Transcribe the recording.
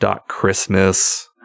.christmas